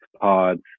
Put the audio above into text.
pods